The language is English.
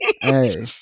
hey